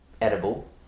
edible